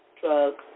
drugs